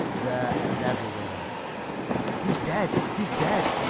there and everywhere he's dead! he's dead!